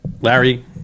Larry